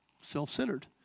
self-centered